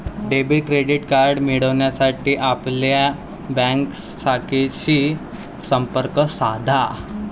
debit credit card मिळविण्यासाठी आपल्या bank शाखेशी संपर्क साधा